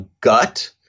gut